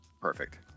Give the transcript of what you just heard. perfect